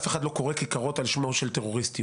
אף אחד לא קורא כיכרות על שמו של טרוריסט יהודי,